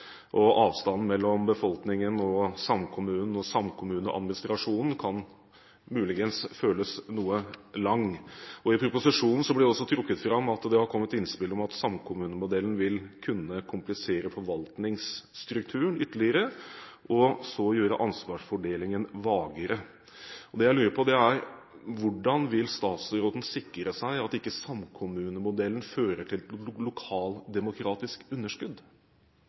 og avstanden mellom befolkningen og samkommunen og samkommuneadministrasjonen kan muligens føles noe lang. I proposisjonen blir det også trukket fram at det har kommet innspill om at samkommunemodellen vil kunne komplisere forvaltningsstrukturen ytterligere, og så gjøre ansvarsfordelingen vagere. Det jeg lurer på, er: Hvordan vil statsråden sikre seg at ikke samkommunemodellen fører til